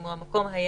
אם הוא המקום היחיד